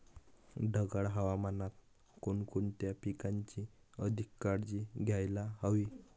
ढगाळ हवामानात कोणकोणत्या पिकांची अधिक काळजी घ्यायला हवी?